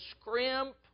scrimp